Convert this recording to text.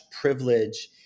privilege